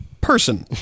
person